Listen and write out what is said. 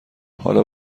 حالا